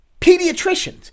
Pediatricians